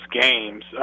games